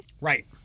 Right